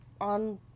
on